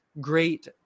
great